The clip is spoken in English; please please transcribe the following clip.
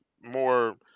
more